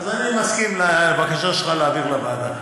אז אני מסכים לבקשה שלך להעביר לוועדה.